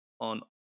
on